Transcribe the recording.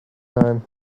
time